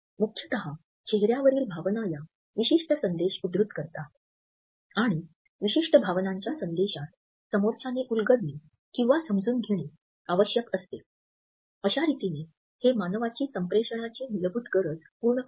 मुख्यतः चेहर्यावरील भावना या विशिष्ट संदेश उद्धृत करतात आणि विशिष्ट भावनांच्या संदेशास समोरच्याने उलगडणे किंवा समजून घेणे आवश्यक असते अश्या रीतीने हे मानवाची संप्रेषणाची मूलभूत गरज पूर्ण करते